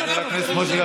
למה אתה מפריע לי?